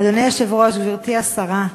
אדוני היושב-ראש, גברתי השרה,